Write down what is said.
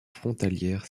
frontalière